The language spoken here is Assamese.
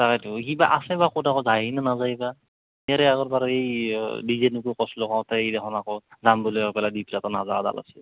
তাকেইতো সিবা আছেবা ক'ত আকৌ যায়েনে নাযায় বা